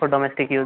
तो domestic use